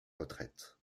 retraite